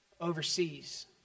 overseas